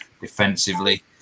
defensively